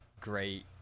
great